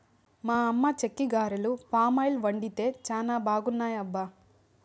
మా అమ్మ చెక్కిగారెలు పామాయిల్ వండితే చానా బాగున్నాయబ్బా